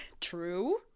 True